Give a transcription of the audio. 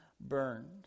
burned